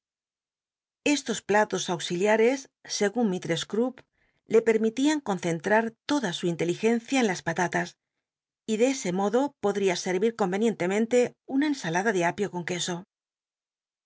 bstos platos auxiliares segun mislless cupp le permitían concentrar toda su inteligencia en las patatas y de ese modo podría sel'lil con enientemcnle una ensalada de apio con queso